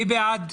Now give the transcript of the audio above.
מי בעד?